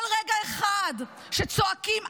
כל רגע אחד שצועקים "עכשיו,